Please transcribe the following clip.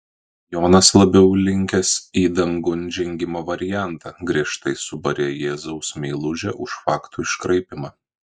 jonas labiau linkęs į dangun žengimo variantą griežtai subarė jėzaus meilužę už faktų iškraipymą